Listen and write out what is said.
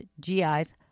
GIs